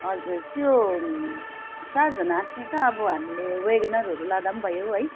हजुर त्यो चारजना आँट्ने त अब हामीले वेगनआरहरू लाँदा भयो है